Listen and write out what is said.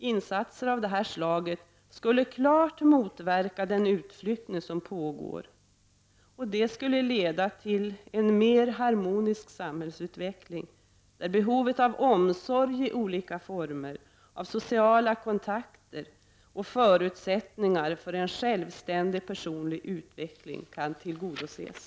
Insatser av det här slaget skulle klart motverka den utflyttning som pågår, och det skulle leda till en mera harmonisk samhällsutveckling där behovet av omsorg i olika former, sociala kontakter och förutsättningar för en självständig personlig utveckling kan tillgodoses.